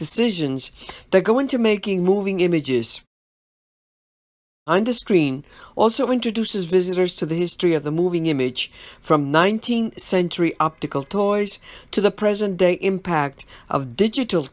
decisions that go into making moving images under strain also introduces visitors to the history of the moving image from nineteenth century optical toys to the present day impact of digital